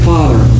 Father